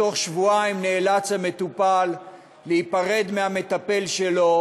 בתוך שבועיים נאלץ המטופל להיפרד מהמטפל שלו,